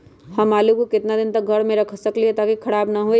हम आलु को कितना दिन तक घर मे रख सकली ह ताकि खराब न होई?